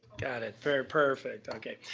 got it, perfect okay.